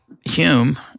Hume